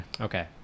Okay